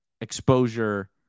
exposure